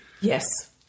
Yes